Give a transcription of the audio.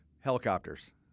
Helicopters